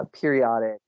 periodic